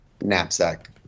Knapsack